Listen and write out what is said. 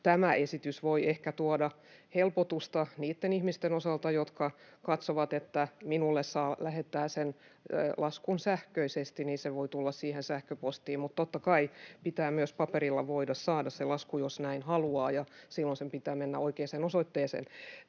tämä esitys voi ehkä tuoda helpotusta niitten ihmisten osalta, jotka katsovat, että heille saa lähettää laskun sähköisesti, jolloin se voi tulla sähköpostiin. Mutta totta kai pitää myös paperilla voida saada lasku, jos näin haluaa, ja silloin sen pitää mennä oikeaan osoitteeseen.